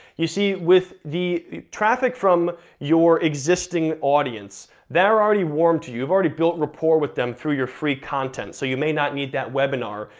you see, with the traffic from your existing audience, they're already warm to you, you've already built rapport with them through your free content, so you may not need that webinar.